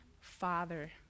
father